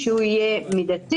מה אמרתי?